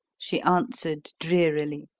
she answered drearily.